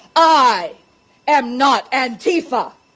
i am not antifa.